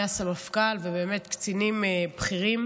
מהסמפכ"ל ובאמת קצינים בכירים,